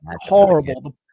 horrible